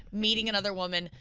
meeting another woman,